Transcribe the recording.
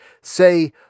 say